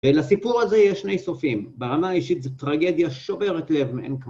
ולסיפור הזה יש שני סופים. ברמה האישית זו טרגדיה שוברת לב, אין כ..